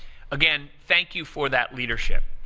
again, thank you for that leadership.